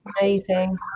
amazing